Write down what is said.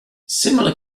similar